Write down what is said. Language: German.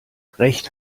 recht